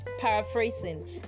Paraphrasing